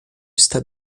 está